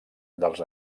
dels